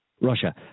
Russia